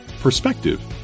Perspective